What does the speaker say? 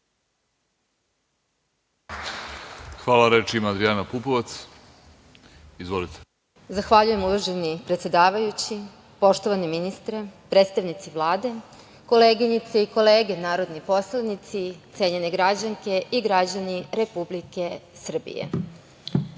**Adrijana Pupovac** Zahvaljujem, uvaženi predsedavajući. Poštovani ministre, predstavnici Vlade, koleginice i kolege narodni poslanici, cenjene građanke i građani Republike Srbije,